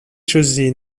josé